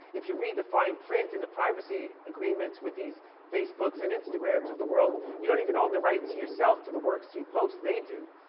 if you read the fine print in the privacy agreements with these facebooks and instagrams of the world, you don't even own the right to yourself to the works you post, they do.